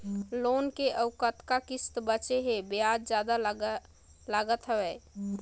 Loan के अउ कतका किस्त बांचें हे? ब्याज जादा लागत हवय,